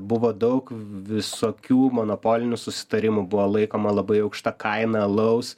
buvo daug visokių monopolinių susitarimų buvo laikoma labai aukšta kaina alaus